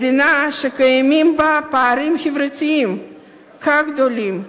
מדינה שקיימים בה פערים חברתיים כה גדולים,